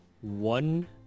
one